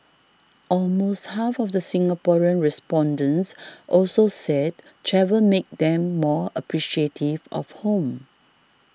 almost half of the Singaporean respondents also said travel made them more appreciative of home